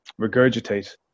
regurgitate